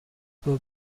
will